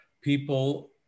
people